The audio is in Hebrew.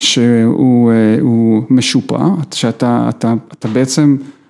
‫שהוא משופע, שאתה בעצם...